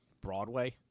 Broadway